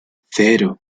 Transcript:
cero